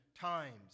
times